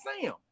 Sam